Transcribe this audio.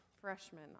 freshmen